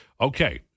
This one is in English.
okay